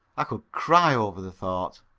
i could cry over the thought